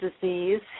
disease